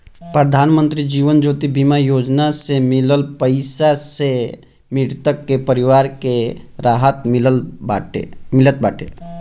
प्रधानमंत्री जीवन ज्योति बीमा योजना से मिलल पईसा से मृतक के परिवार के राहत मिलत बाटे